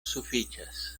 sufiĉas